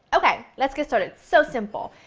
okay, let's get started so simple!